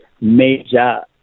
major